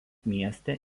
mieste